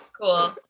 Cool